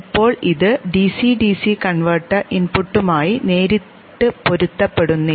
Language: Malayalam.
ഇപ്പോൾ ഇത് ഡിസി ഡിസി കൺവെർട്ടർ ഇൻപുട്ടുമായി നേരിട്ട് പൊരുത്തപ്പെടുന്നില്ല